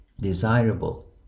desirable